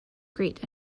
great